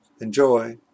Enjoy